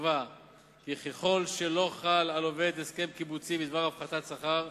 קבע כי ככל שלא חל על עובד הסכם קיבוצי בזמן הפחתת שכר,